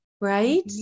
right